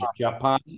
Japan